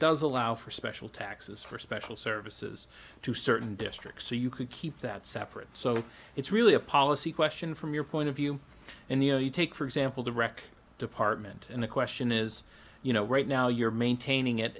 does allow for special taxes for special services to certain districts so you could keep that separate so it's really a policy question from your point of view and you know you take for example the rec department and the question is you know right now you're maintaining it